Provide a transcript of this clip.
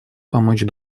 помочь